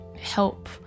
help